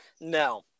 No